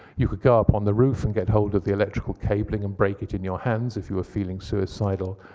you could go up on the roof and get hold of the electrical cabling and break it in your hands if you were feeling suicidal.